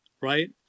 right